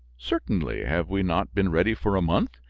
certainly have we not been ready for a month?